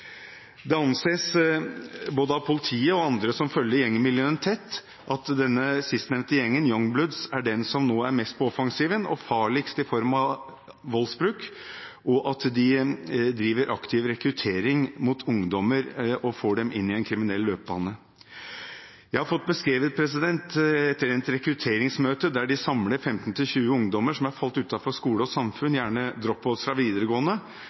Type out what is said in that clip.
Det anses, både av politiet og av andre som følger gjengmiljøene tett, at denne sistnevnte gjengen, Young Bloods, er den som nå er mest på offensiven og farligst når det gjelder voldsbruk, og at de driver aktiv rekruttering av ungdommer og får dem inn på en kriminell løpebane. Jeg har fått beskrevet et rent rekrutteringsmøte der de samler 15–20 ungdommer som er falt utenfor skole og samfunn, gjerne «drop-outs» fra videregående,